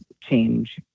change